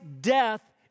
death